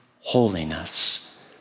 holiness